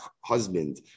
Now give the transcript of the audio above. husband